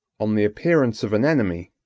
on the appearance of an enemy,